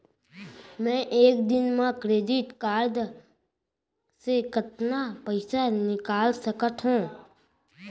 मैं एक दिन म क्रेडिट कारड से कतना पइसा निकाल सकत हो?